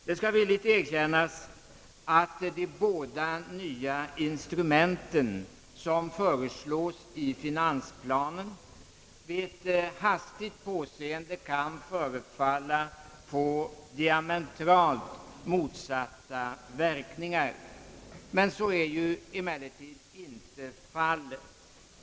Det skall villigt erkännas att de båda nya instrument som föreslås i finansplanen vid ett hastigt påseende kan förefalla att få diametralt motsatta verkningar. Så är emellertid inte fallet.